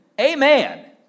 Amen